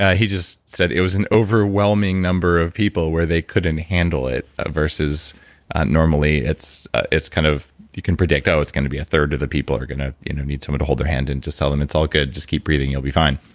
ah he just said it was an overwhelming number of people where they couldn't handle it versus normally it's it's kind of you can predict, oh, it's going to be a third of the people are going to you know need someone to hold their hand and to tell them it's all good. just keep breathing. you'll be fine.